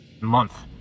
month